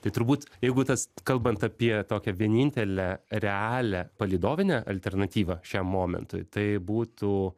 tai turbūt jeigu tas kalbant apie tokią vienintelę realią palydovinę alternatyvą šiam momentui tai būtų